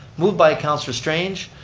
moved by councilor strange,